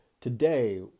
today